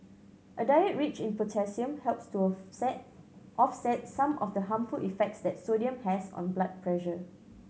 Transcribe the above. a diet rich in potassium helps to offset some of the harmful effects that sodium has on blood pressure